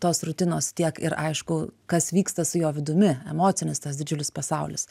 tos rutinos tiek ir aišku kas vyksta su jo vidumi emocinis tas didžiulis pasaulis